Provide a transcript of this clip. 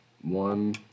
One